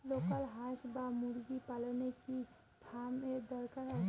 Local হাস বা মুরগি পালনে কি ফার্ম এর দরকার হয়?